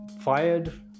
fired